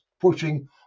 pushing